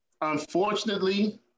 unfortunately